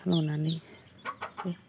न'नानो